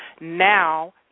Now